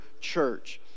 church